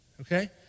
Okay